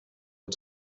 its